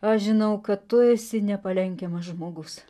aš žinau kad tu esi nepalenkiamas žmogus